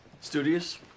Studious